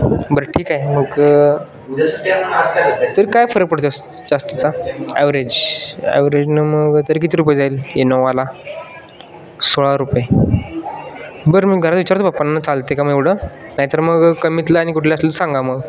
बरं ठीक आहे मग तरी काय फरक पडतो जास्त जास्तीचा ॲव्हरेज ॲव्हरेजनं मग तरी किती रुपये जाईल इनोवाला सोळा रुपये बरं मग घरात विचारतो पप्पांना चालते का मी एवढं नाही तर मग कमीतलं आणि कुठलं असलं तर सांगा मग